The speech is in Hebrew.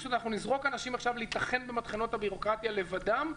פשוט נזרוק אנשים עכשיו להיטחן במטחנות הבירוקרטיה לבדם.